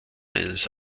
eines